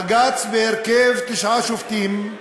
בג"ץ, בהרכב תשעה שופטים,